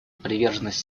приверженность